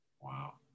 Wow